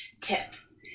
tips